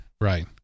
Right